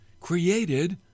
created